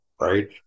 Right